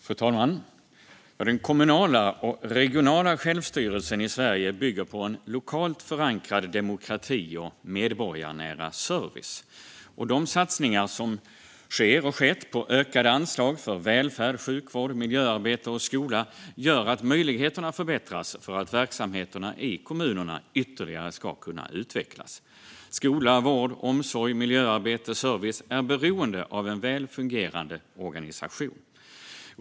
Fru talman! Den kommunala och regionala självstyrelsen i Sverige bygger på en lokalt förankrad demokrati och medborgarnära service. De satsningar som sker och har skett på ökade anslag för välfärd, sjukvård, miljöarbete och skola gör att möjligheterna förbättras för att verksamheterna i kommunerna ytterligare ska kunna utvecklas. Skola, vård, omsorg, miljöarbete och service är beroende av en väl fungerande organisation.